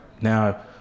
now